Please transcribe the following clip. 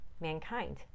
mankind